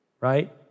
right